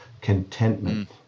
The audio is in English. contentment